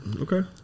Okay